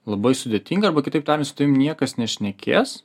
labai sudėtinga arba kitaip tariant su tavim niekas nešnekės